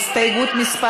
הסתייגות מס'